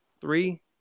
Three